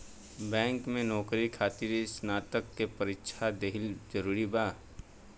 Bank में नौकरी खातिर स्नातक के परीक्षा दिहल जरूरी बा?